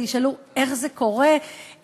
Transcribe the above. תשאלו איך זה קורה,